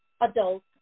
adult